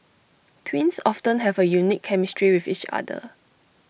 twins often have A unique chemistry with each other